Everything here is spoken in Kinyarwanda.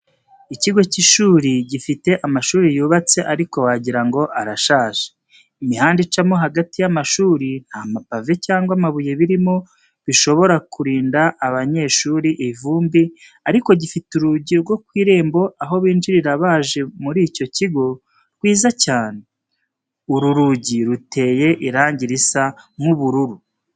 Ikigo cy'ishuri gifite amashuri yubatse ariko wagira ngo arashaje, imihanda icamo hagati y'amashuri nta mapave cyangwa amabuye birimo bishobora kurinda abanyeshuri ivumbi ariko gifite urugi rwo ku irembo aho binjirira baje muri icyo kigo rwiza cyane. Uru rugi ruteye irangi risa nk'ubururu.